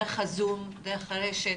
דרך הזום, דרך הרשת,